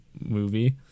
movie